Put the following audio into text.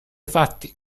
fatti